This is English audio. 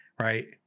right